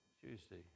Tuesday